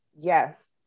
Yes